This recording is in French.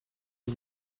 les